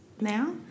now